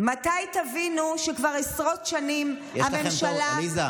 מתי תבינו שכבר עשרות שנים הממשלה, עליזה,